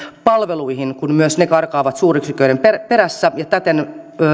palveluihin kun myös ne karkaavat suuryksiköiden perässä ja täten